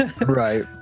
Right